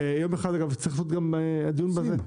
אגב, צריך גם לדון בזה.